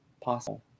possible